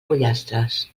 pollastres